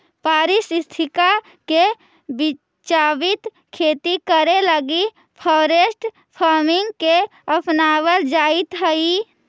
पारिस्थितिकी के बचाबित खेती करे लागी फॉरेस्ट फार्मिंग के अपनाबल जाइत हई